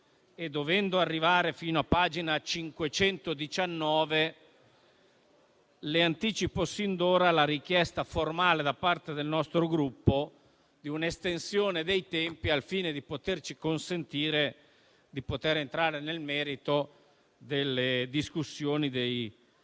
dovendo arrivare fino a pagina 519, le anticipo sin d'ora la richiesta formale da parte del nostro Gruppo di un'estensione dei tempi al fine di poterci consentire di entrare nel merito delle discussioni dei